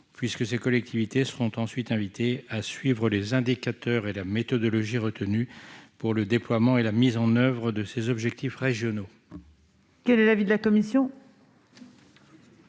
puisque ces collectivités seront ensuite invitées à suivre les indicateurs et la méthodologie retenue pour le déploiement et la mise en oeuvre de ces objectifs régionaux. Quel est l'avis de la commission ?